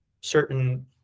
certain